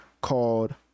called